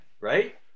right